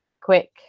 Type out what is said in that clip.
quick